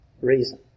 reason